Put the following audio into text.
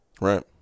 Right